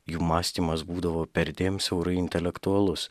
jų mąstymas būdavo perdėm siaurai intelektualus